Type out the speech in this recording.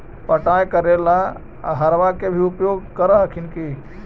पटाय करे ला अहर्बा के भी उपयोग कर हखिन की?